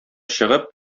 чыгып